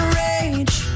rage